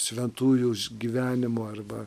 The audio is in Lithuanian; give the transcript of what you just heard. šventųjų gyvenimų arba